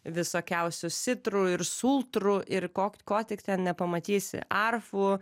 visokiausių sitrų ir sultrų ir ko ko tik ten nepamatysi arfų